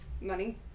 money